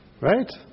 Right